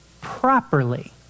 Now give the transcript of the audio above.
properly